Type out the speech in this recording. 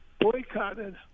boycotted